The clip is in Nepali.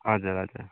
हजुर हजुर